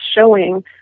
showing